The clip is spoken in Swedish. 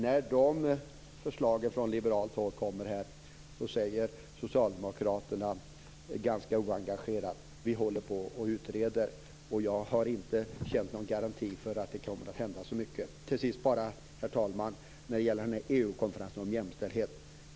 När dessa förslag från liberalt håll kommer här, säger socialdemokraterna ganska oengagerat: Vi håller på och utreder. Jag har inte känt någon garanti för att det kommer att hända så mycket. Till sist, herr talman, vill jag ta upp EU konferensen om jämställdhet.